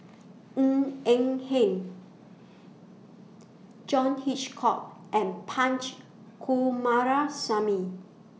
Ng Eng Hen John Hitchcock and Punch Coomaraswamy